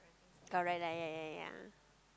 correct lah ya ya ya